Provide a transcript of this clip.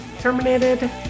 Terminated